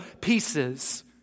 pieces